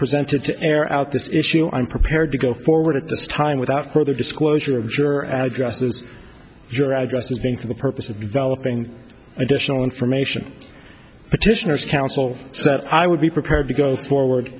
presented to air out this issue i'm prepared to go forward at this time without further disclosure of juror addresses your address has been for the purpose of developing additional information petitioners counsel so that i would be prepared to go forward